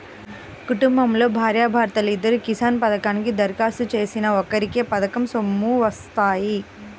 కుటుంబంలో భార్యా భర్తలిద్దరూ కిసాన్ పథకానికి దరఖాస్తు చేసినా ఒక్కరికే పథకం సొమ్ములు వత్తాయి